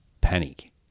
panic